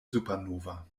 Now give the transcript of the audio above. supernova